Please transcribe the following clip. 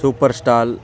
super star